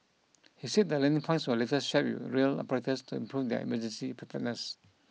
he said the learning points were later shared with rail operators to improve their emergency preparedness